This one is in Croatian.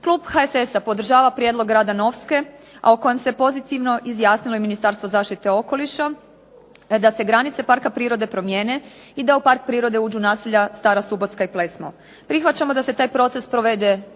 Klub HSS-a podržava prijedlog grada Novske, a u kojem se pozitivno izjasnilo i Ministarstvo zaštite okoliša, da se granice parka prirode promijene i da u park prirode uđu naselja Stara Subotska i Plesmo. Prihvaćamo da se taj proces provede